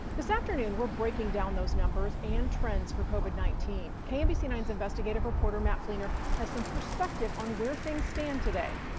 this afternoon. we're breaking down those numbers and trends for covid nineteen kmbc nines investigative reporter. matt fleener has some perspective on where things stand today.